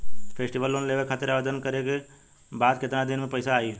Festival loan लेवे खातिर आवेदन करे क बाद केतना दिन म पइसा आई?